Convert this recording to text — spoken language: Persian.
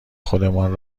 خودمان